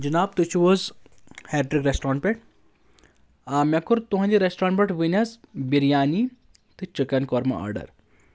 جِناب تُہۍ چھِو حظ ہیٹرِک ریسٹورنٛٹ پؠٹھ مےٚ کوٚر تُہنٛدِ ریسٹورنٛٹ پؠٹھ ؤنۍ حظ بِریانی تہٕ چِکن کوٚرمہٕ آرڈَر